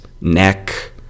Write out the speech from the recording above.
neck